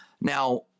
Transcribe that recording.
Now